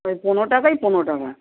ওই পনেরো টাকায় পনেরো টাকা